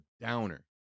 downer